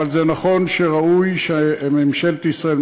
אבל זה נכון שראוי שממשלת ישראל,